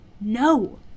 no